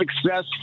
success